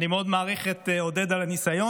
אני מאוד מעריך את עודד על הניסיון,